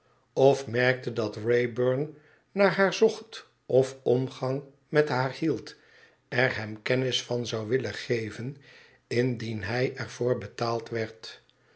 of merkte dat wrayburn naar haar zocht of omgang met haar hield er hem kennis van zou willen geven indien hij er voor betaald werd